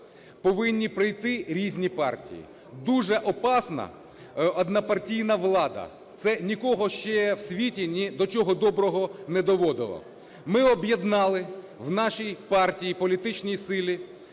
повинні прийти різні партії. Дуже опасна однопартійна влада, це нікого ще в світі ні до чого доброго не доводило. Ми об'єднали в нашій партії, політичній силі,